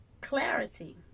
clarity